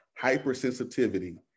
hypersensitivity